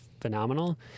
phenomenal